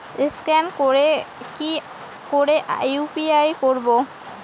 Scan করে কি করে ইউ.পি.আই করবো?